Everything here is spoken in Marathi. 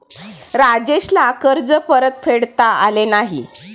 राजेशला कर्ज परतफेडता आले नाही